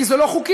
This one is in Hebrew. כי זה לא חוקי.